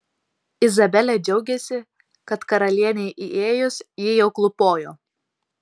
izabelė džiaugėsi kad karalienei įėjus ji jau klūpojo